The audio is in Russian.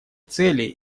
цели